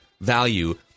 value